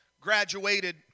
graduated